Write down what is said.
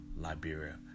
Liberia